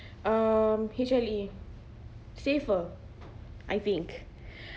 um H_L_E safer I think